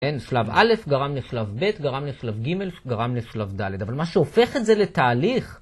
שלב א', גרם לשלב ב', גרם לשלב ג', גרם לשלב ד', אבל מה שהופך את זה לתהליך.